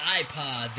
iPod